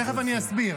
תכף אני אסביר.